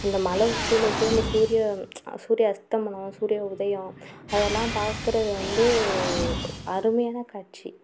அந்த மலை உச்சியில் போயி அந்த சூரிய சூரிய அஸ்தமனம் சூரிய உதயம் அதலாம் பார்க்குறது வந்து அருமையான காட்சி